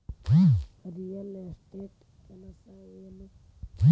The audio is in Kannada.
ರಿಯಲ್ ಎಸ್ಟೇಟ್ ಕೆಲಸ ಏನು